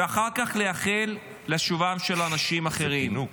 ואחר כך לייחל לשובם של אנשים אחרים.